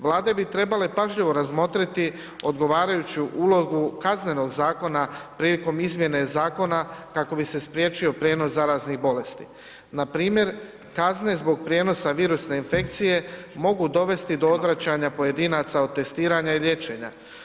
Vlade bi trebale pažljivo razmotriti odgovarajuću ulogu kaznenog zakona prilikom izmjene zakona kako bi se spriječio prijenos zaraznih bolesti, npr. kazne zbog prijenosa virusne infekcije mogu dovesti do odvraćanja pojedinaca od testiranja i liječenja.